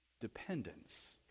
dependence